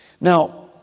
Now